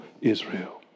Israel